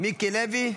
מיקי לוי,